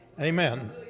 Amen